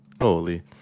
Holy